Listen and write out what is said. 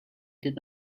did